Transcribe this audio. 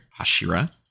Hashira